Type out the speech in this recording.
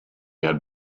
had